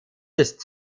ist